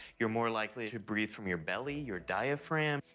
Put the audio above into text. you're more likely to breathe from your belly, your diaphragm,